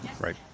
Right